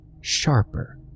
sharper